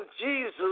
Jesus